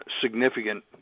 significant